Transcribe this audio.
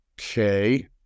okay